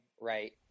right